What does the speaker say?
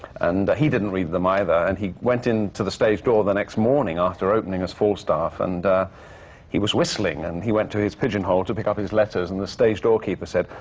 and he didn't read them either. and he went in to the stage door the next morning, after opening as falstaff, and he was whistling. and he went to his pigeonhole to pick up his letters. and the stage doorkeeper said,